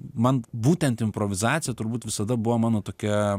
man būtent improvizacija turbūt visada buvo mano tokia